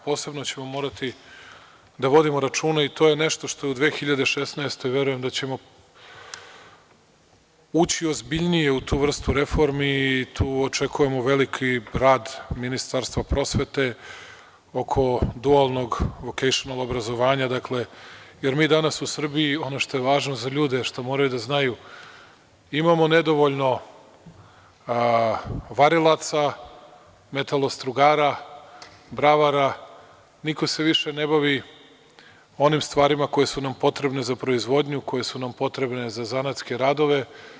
Posebno ćemo morati da vodimo računa i to je nešto što je u 2016. godini, verujem da ćemo ući ozbiljnije u tu vrstu reformi i tu očekujemo veliki rad Ministarstva prosvete oko duelnog „lokejš“ obrazovanja, jer mi danas u Srbiji, ono što je važno za ljude što moraju da znaju imamo nedovoljno varilaca, metalostrugara, bravara, niko se više ne bavi onim stvarima koje su nam potrebne za proizvodnju, koje su nam potrebne za zanatske radove.